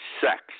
sex